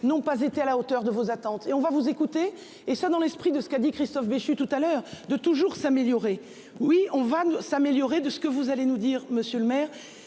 n'ont pas été à la hauteur de vos attentes et on va vous écouter et ça dans l'esprit de ce qu'a dit Christophe Béchu tout à l'heure de toujours s'améliorer, oui on va s'améliorer, de ce que vous allez nous dire monsieur le maire